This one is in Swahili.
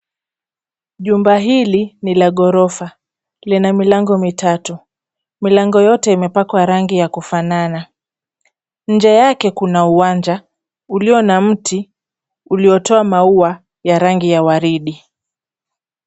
Jumba hili ni la ghorofa. Lina milango mitatu, milango yote imepakwa rangi ya kufanana. Nje yake kuna uwanja ulio na mti uliotoa maua ya rangi ya waridi.